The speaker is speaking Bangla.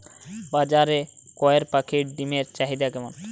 বাজারে কয়ের পাখীর ডিমের চাহিদা কেমন?